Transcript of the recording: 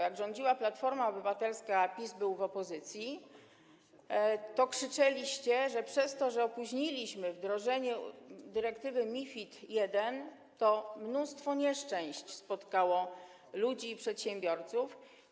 Jak rządziła Platforma Obywatelska, a PiS był w opozycji, to krzyczeliście, że przez to, że opóźniliśmy wdrożenie dyrektywy MiFID I, mnóstwo nieszczęść spotkało ludzi i przedsiębiorców.